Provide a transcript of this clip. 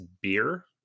beer